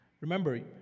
Remember